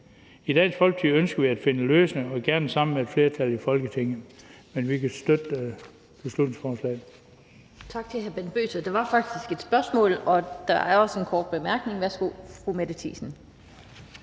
I Dansk Folkeparti ønsker vi at finde løsninger og gerne sammen med et flertal i Folketinget, men vi kan støtte beslutningsforslaget.